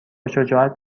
شجاعت